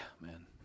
man